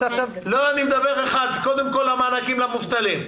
קודם כל מענקים למובטלים.